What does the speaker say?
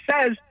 says